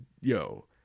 yo